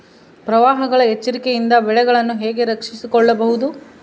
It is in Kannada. ಪ್ರವಾಹಗಳ ಎಚ್ಚರಿಕೆಯಿಂದ ಬೆಳೆಗಳನ್ನು ಹೇಗೆ ರಕ್ಷಿಸಿಕೊಳ್ಳಬಹುದು?